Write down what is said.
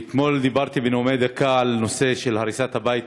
אתמול דיברתי בנאומים בני דקה על הריסת הבית